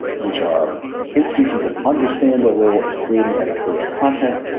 which are institutions that understand their role as creating editorial content,